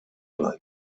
elogis